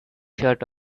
shirt